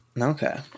Okay